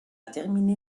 terminé